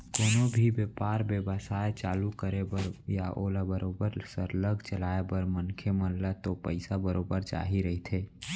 कोनो भी बेपार बेवसाय चालू करे बर या ओला बरोबर सरलग चलाय बर मनखे मन ल तो पइसा बरोबर चाही रहिथे